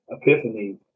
epiphany